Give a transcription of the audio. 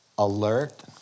alert